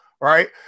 right